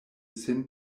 sin